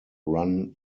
run